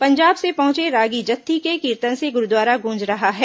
पंजाब से पहुंचे रागी जत्थी के कीर्तन से गुरूद्वारा गूंज रहा है